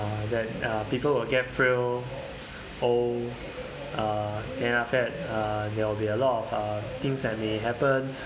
uh that uh people will get frail old uh then after that uh there will be a lot of uh things that may happen